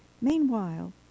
Meanwhile